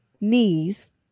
knees